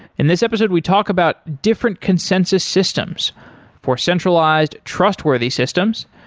in this episode we talk about different consensus systems for centralized trustworthy systems,